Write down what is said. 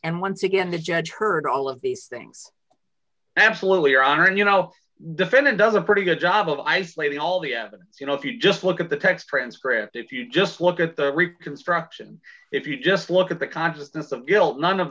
and once again the judge heard all of these things absolutely are and you know defendant does a pretty good job of isolating all the evidence you know if you just look at the text transcript if you just look at the reconstruction if you just look at the consciousness of guilt none of